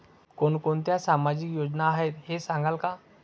कोणकोणत्या सामाजिक योजना आहेत हे सांगाल का?